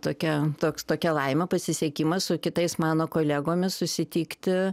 tokia toks tokia laimė pasisekimas su kitais mano kolegomis susitikti